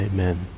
Amen